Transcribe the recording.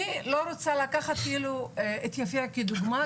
אבל אני לא רוצה לקחת את יפיע כדוגמא,